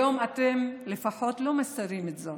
היום אתם לפחות לא מסתירים את זה.